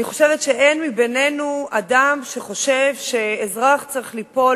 אני חושבת שאין בינינו אדם שחושב שאזרח צריך ליפול